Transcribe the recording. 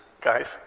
guys